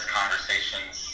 conversations